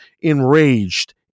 enraged